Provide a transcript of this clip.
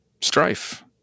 strife